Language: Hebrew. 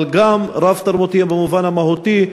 אבל רב-תרבותיים גם במובן המהותי,